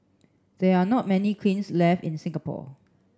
there are not many kilns left in Singapore